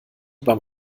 beim